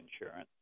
insurance